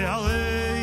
וערי